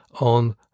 on